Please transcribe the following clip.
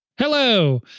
Hello